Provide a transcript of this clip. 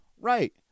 right